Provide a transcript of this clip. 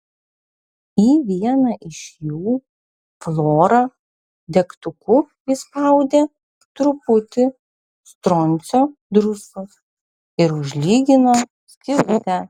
į vieną iš jų flora degtuku įspaudė truputį stroncio druskos ir užlygino skylutę